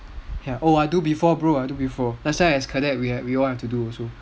ya oh I do before bro I last time as cadet we all had to do also